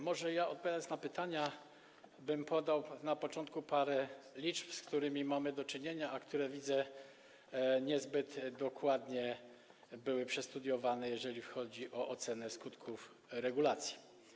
Może ja, odpowiadając na pytania, bym podał na początku parę liczb, z którymi mamy do czynienia, a które, widzę, niezbyt dokładnie były przestudiowane, jeżeli chodzi o ocenę skutków regulacji.